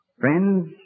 friends